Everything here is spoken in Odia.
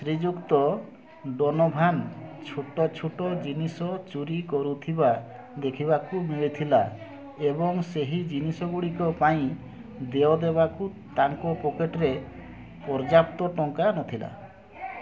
ଶ୍ରୀଯୁକ୍ତ ଡୋନୋଭାନ୍ ଛୋଟ ଛୋଟ ଜିନିଷ ଚୋରି କରୁଥିବା ଦେଖିବାକୁ ମିଳିଥିଲା ଏବଂ ସେହି ଜିନିଷଗୁଡ଼ିକ ପାଇଁ ଦେୟ ଦେବାକୁ ତାଙ୍କ ପକେଟରେ ପର୍ଯ୍ୟାପ୍ତ ଟଙ୍କା ନଥିଲା